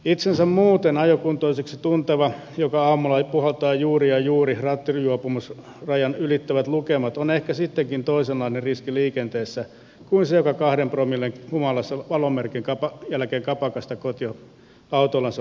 itsensä muuten ajokuntoiseksi tunteva joka aamulla puhaltaa juuri ja juuri rattijuopumusrajan ylittävät lukemat on ehkä sittenkin toisenlainen riski liikenteessä kuin se joka kahden promillen humalassa valomerkin jälkeen kapakasta kotiin autollansa lähtee ajelemaan